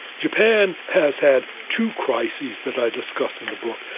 japan has had two crises that i discuss in the book.